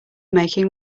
making